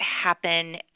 happen